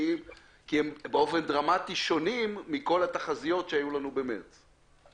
לאור הדברים שנאמרו באשר להליך של